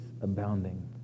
abounding